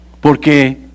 Porque